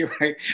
right